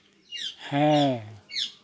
ᱦᱮᱸ